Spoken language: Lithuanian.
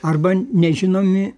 arba nežinomi